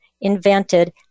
invented